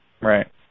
right